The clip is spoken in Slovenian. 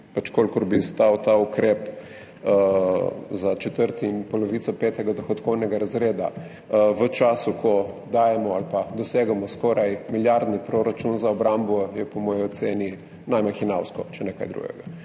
kolikor bi stal ta ukrep za četrti in polovico petega dohodkovnega razreda, v času, ko dajemo ali pa dosegamo skoraj milijardni proračun za obrambo, je po moji oceni najmanj hinavsko, če ne kaj drugega.